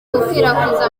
gukwirakwiza